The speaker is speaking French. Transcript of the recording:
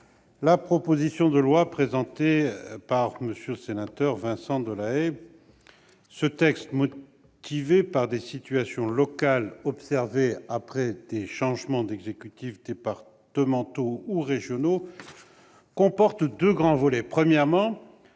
la proposition de loi présentée par votre collègue Vincent Delahaye. Ce texte, motivé par des situations locales observées après des changements d'exécutifs départementaux ou régionaux, comporte deux grands volets. Premièrement,